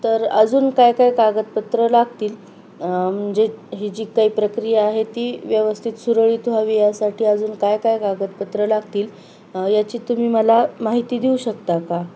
तर अजून काय काय कागदपत्र लागतील म्हणजे ही जी काही प्रक्रिया आहे ती व्यवस्थित सुरळीत व्हावी यासाठी अजून काय काय कागदपत्र लागतील याची तुम्ही मला माहिती देऊ शकता का